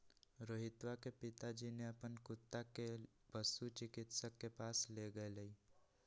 रोहितवा के पिताजी ने अपन कुत्ता के पशु चिकित्सक के पास लेगय लय